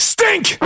Stink